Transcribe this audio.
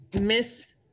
Miss